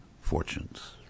fortunes